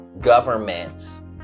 governments